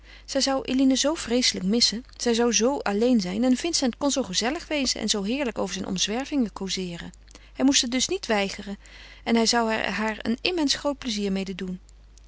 zij zou eline zoo vreeslijk missen zij zou zoo alleen zijn en vincent kon zoo gezellig wezen en zoo heerlijk over zijn omzwervingen causeeren hij moest het dus niet weigeren en hij zou er haar een immens groot plezier mede doen